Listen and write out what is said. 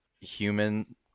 human